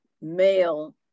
male